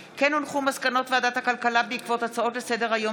מסקנות ועדת הכלכלה בעקבות דיון בהצעה לסדר-היום